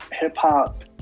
hip-hop